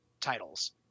titles